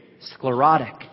sclerotic